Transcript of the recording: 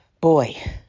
Boy